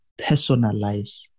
personalize